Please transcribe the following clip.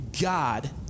God